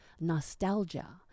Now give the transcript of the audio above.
nostalgia